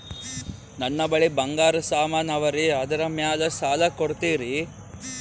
ನನ್ನ ಬಳಿ ಬಂಗಾರ ಸಾಮಾನ ಅವರಿ ಅದರ ಮ್ಯಾಲ ಸಾಲ ಕೊಡ್ತೀರಿ?